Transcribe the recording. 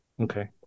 Okay